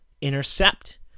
intercept